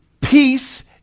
peace